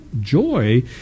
joy